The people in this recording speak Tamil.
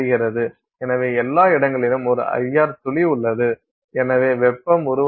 எனவே எல்லா இடங்களிலும் ஒரு IR துளி உள்ளது எனவே வெப்பம் உருவாகிறது